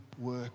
work